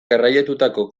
garraiatutako